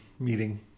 meeting